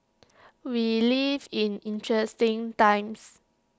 we live in interesting times